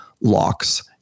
locks